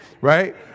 right